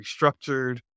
restructured